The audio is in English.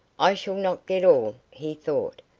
i shall not get all, he thought,